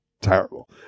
terrible